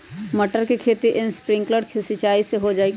मटर के खेती स्प्रिंकलर सिंचाई से हो जाई का?